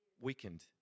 weakened